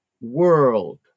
world